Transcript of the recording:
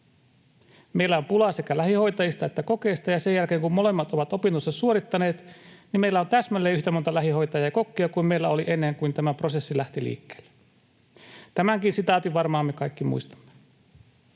Meillä on pulaa sekä lähihoitajista että kokeista, ja sen jälkeen kun molemmat ovat opintonsa suorittaneet, niin meillä on täsmälleen yhtä monta lähihoitajaa ja kokkia kuin meillä oli ennen kuin tämä prosessi lähti liikkeelle.” Tämänkin sitaatin varmaan me kaikki muistamme.